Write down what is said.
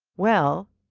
well,